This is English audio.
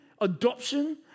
adoption